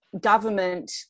government